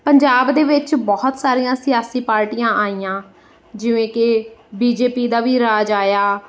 ਪੰਜਾਬ ਦੇ ਵਿੱਚ ਬਹੁਤ ਸਾਰੀਆਂ ਸਿਆਸੀ ਪਾਰਟੀਆਂ ਆਈਆਂ ਜਿਵੇਂ ਕਿ ਬੀ ਜੇ ਪੀ ਦਾ ਵੀ ਰਾਜ ਆਇਆ